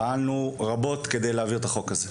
פעל רבות כדי להעביר את החוק הזה.